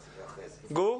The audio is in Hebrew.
גור?